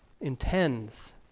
intends